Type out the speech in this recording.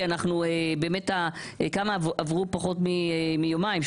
כי עברו פחות מיומיים,